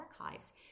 archives